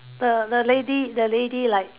the the lady the lady like